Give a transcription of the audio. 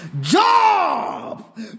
Job